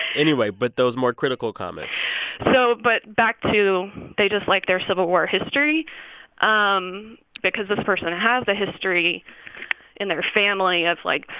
anyway, but those more critical comments so but back to they just like their civil war history um because this person has a history in their family of, like,